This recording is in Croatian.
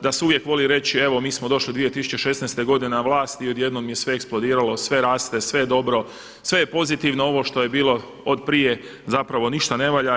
da se uvijek voli reći evo mi smo došli 2016. godine na vlast i odjednom je sve eksplodiralo, sve raste, sve je dobro, sve je pozitivno ovo što je bilo od prije zapravo ništa ne valja.